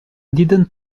didn’t